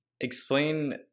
Explain